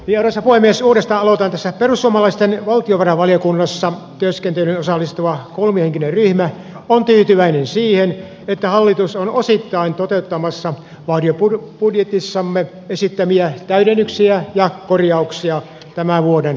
ja asevoimien suurista olo täydessä perussuomalaisten valtiovarainvaliokunnassa työskentelyyn osallistuva kolmihenkinen ryhmä on tyytyväinen siihen että hallitus on osittain toteuttamassa varjobudjetissa esittämiämme täydennyksiä ja korjauksia tämän vuoden talousarvioon